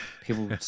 People